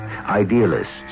idealists